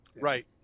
right